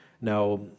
Now